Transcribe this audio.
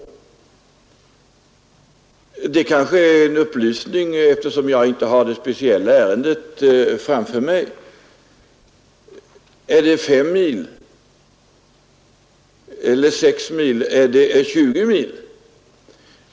Det kanske vore värdefullt med en sådan upplysning, eftersom jag inte har det speciella ärendet framför mig. Är det 5 mil eller 6 mil eller är det 20 mil?